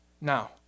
Now